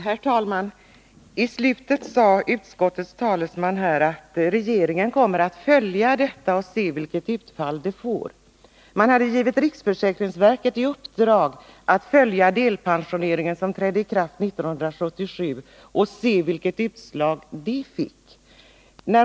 Herr talman! I slutet av sitt anförande sade utskottets talesman att regeringen kommer att följa de här frågorna med uppmärksamhet och se vilket utfall sänkningen av kompensationsnivån får. Regeringen hade givit riksförsäkringsverket i uppdrag att följa delpensioneringen, som trädde i kraft 1977, och undersöka vilket utfall den fick.